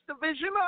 division